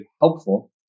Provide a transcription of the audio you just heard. helpful